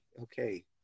Okay